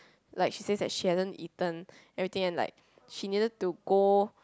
like she says she hasn't eaten everything and like she needed to go